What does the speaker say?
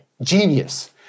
Genius